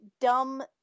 dumb